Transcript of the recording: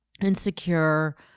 insecure